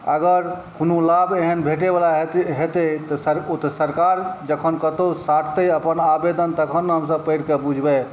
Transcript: अगर कोनो लाभ एहन भेटैवला हेतै तऽ ओ तऽ सरकार जखन कतहु साटतै अपन आवेदन तखन ने हमसब पढ़िके बुझबै